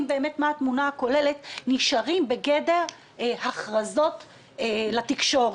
מה התמונה הכוללת נשארים בגדר הכרזות לתקשורת.